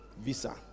visa